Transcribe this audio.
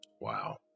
Wow